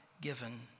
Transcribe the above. given